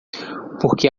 porque